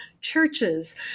churches